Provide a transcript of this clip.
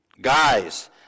Guys